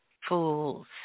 Fool's